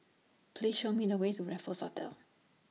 Please Show Me The Way to Raffles Hotel